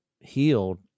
healed